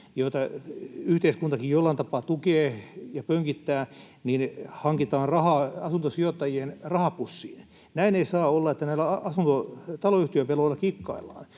joita yhteiskuntakin jollain tapaa tukee ja pönkittää, hankitaan rahaa asuntosijoittajien rahapusseihin. Näin ei saa olla, että näillä taloyhtiön veloilla kikkaillaan.